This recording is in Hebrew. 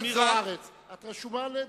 זוארץ, את רשומה לדיון.